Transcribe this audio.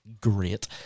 great